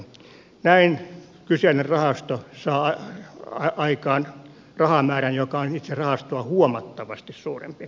näin kyseinen rahasto saa aikaan rahamäärän joka on itse rahastoa huomattavasti suurempi